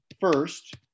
First